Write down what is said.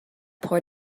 poor